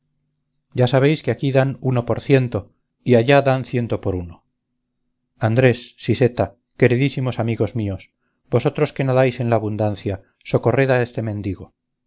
ya sabéis que aquí dan uno por ciento y allá dan ciento por uno andrés siseta queridísimos amigos míos vosotros que nadáis en la abundancia socorred a este mendigo